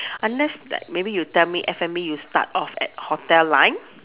unless like maybe you tell me F&B you start off at hotel line